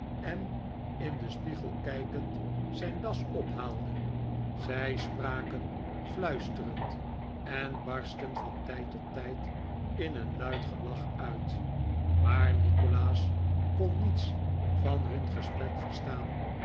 en in den spiegel kijkend zijn das ophaalde zij spraken fluisterend en barstten van tijd tot tijd in een luid gelach uit maar nikolaas kon niets van nun gesprek verstaan